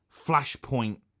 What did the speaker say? Flashpoint